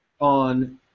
on